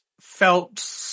felt